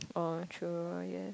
oh true I guess